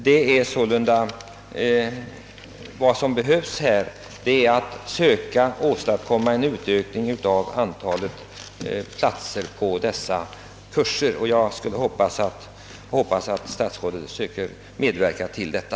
Vad som sålunda behövs är att söka åstadkomma en utökning av antalet platser vid dessa kurser och jag hoppas att statsrådet söker medverka till detta.